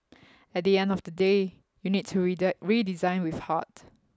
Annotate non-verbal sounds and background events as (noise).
at the end of the day you need to (unintelligible) redesign with heart